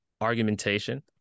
argumentation